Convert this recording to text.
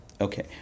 okay